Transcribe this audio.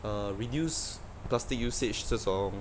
err reduce plastic usage 这种